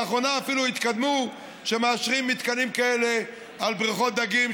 לאחרונה אפילו התקדמו שמאשרים מתקנים כאלה בבריכות דגים,